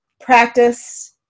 practice